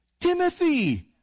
Timothy